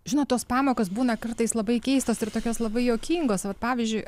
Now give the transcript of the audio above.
žinot tos pamokos būna kartais labai keistos ir tokios labai juokingos vat pavyzdžiui aš